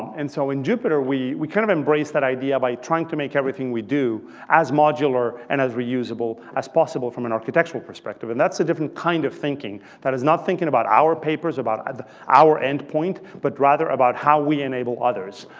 and so in jupyter, we we kind of embraced that idea by trying to make everything we do as modular and as reusable as possible from an architectural perspective. and that's a different kind of thinking that is not thinking about our papers, about ah our endpoint, but rather about how we enable others.